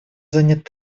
занять